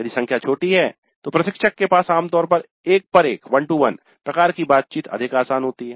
यदि संख्या छोटी है तो प्रशिक्षक के पास आमतौर पर 'एक पर एक' प्रकार की बातचीत अधिक आसान होती है